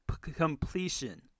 completion